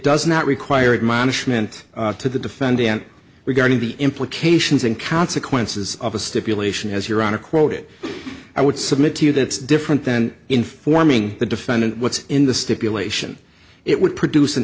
require management to the defendant regarding the implications and consequences of a stipulation as you're on to quote it i would submit to you that's different than informing the defendant what's in the stipulation it would produce an